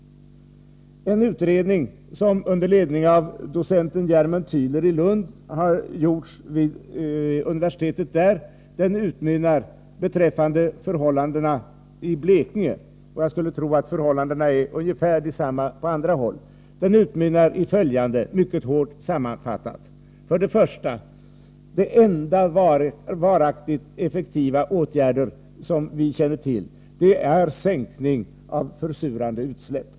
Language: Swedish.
Vi hoppas det. En utredning beträffande förhållandena i Blekinge — och jag skulle tro att de är likartade på andra ställen — som gjorts vid universitetet i Lund under ledning av docent Germund Tyler utmynnar i följande, mycket hårt sammanfattat: 1. Den enda varaktigt effektiva åtgärd som vi känner till är sänkning av försurande utsläpp.